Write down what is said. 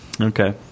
okay